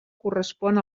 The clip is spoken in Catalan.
correspon